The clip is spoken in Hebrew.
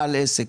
בעל עסק.